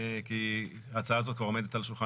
כי ההצעה הזאת כבר עומדת על השולחן